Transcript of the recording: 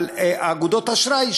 על אגודות אשראי,